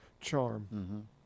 charm